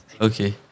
Okay